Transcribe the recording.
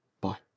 Bye